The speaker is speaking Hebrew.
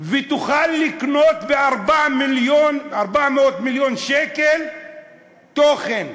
ותוכל לקנות ב-400 מיליון שקל תוכן.